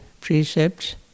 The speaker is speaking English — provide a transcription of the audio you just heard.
precepts